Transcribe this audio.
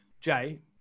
Jay